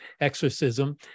exorcism